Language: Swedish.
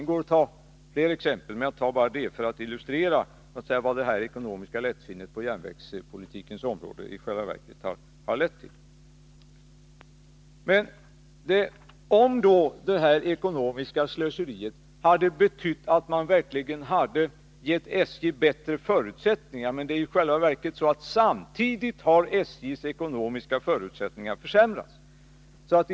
Det går att ta flera exempel, men jag tar bara detta för att illustrera vad det ekonomiska lättsinnet på järnvägspolitikens område i själva verket har lett till. Om ändå detta ekonomiska slöseri hade betytt att man verkligen hade gett SJ bättre förutsättningar — men i själva verket har samtidigt SJ:s ekonomiska förutsättningar försämrats.